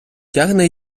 тягне